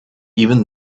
even